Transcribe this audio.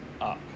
up